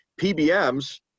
PBMs